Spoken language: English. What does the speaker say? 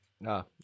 no